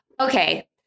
okay